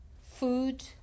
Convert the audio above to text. food